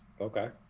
Okay